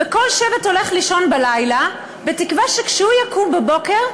כל שבט הולך לישון בלילה בתקווה שכשהוא יקום בבוקר,